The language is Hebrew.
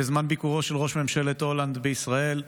בזמן ביקורו של ראש ממשלת הולנד בישראל,